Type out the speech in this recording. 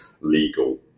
legal